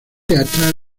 teatral